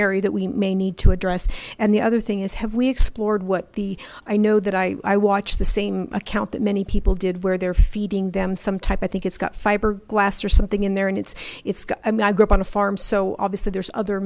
area that we may need to address and the other thing is have we explored what the i know that i i watched the same account that many people did where they're feeding them some type i think it's got fiberglass or something in there and it's it's got i mean i grew up on a farm so obviously there's other